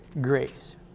grace